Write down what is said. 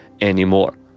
anymore